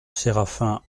séraphin